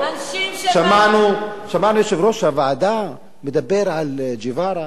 שמענו, יושב-ראש הוועדה מדבר על צ'י ווארה.